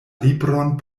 libron